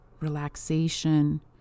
relaxation